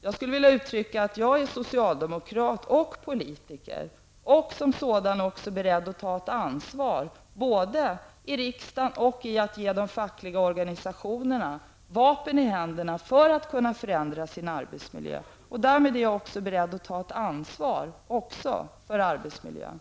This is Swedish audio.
Jag skulle vilja säga att jag är socialdemokrat och politiker och som sådan också beredd att ta ett ansvar både i riksdagen och när det gäller att ge de fackliga organisationerna vapen i händerna för att kunna förändra sin arbetsmiljö. Därmed är jag beredd att ta ett ansvar också för arbetsmiljön.